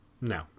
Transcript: No